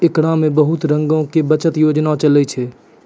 एकरा मे बहुते रंगो के बचत योजना चलै छै